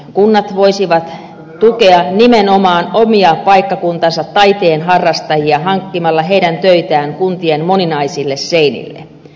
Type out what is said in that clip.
kunnat voisivat tukea nimenomaan omia paikkakuntansa taiteen harrastajia hankkimalla heidän töitään kuntien moninaisille seinille